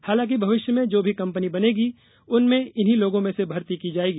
हालांकि भविष्य में जो भी कंपनी बनेगी उनमें इन्हीं लोगों में से भर्ती की जायेगी